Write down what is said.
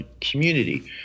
community